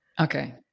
Okay